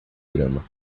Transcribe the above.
grama